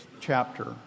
chapter